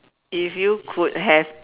if you could have